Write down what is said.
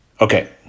Okay